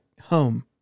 home